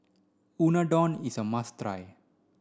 Unadon is a must try